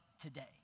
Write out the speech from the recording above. today